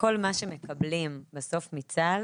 כל מה שמקבלים בסוף מצה"ל,